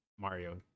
Mario